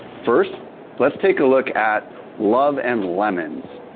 first let's take a look at love and lemons.